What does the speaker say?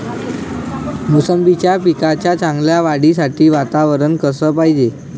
मोसंबीच्या पिकाच्या चांगल्या वाढीसाठी वातावरन कस पायजे?